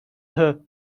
her